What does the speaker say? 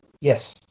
Yes